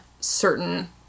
certain